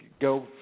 go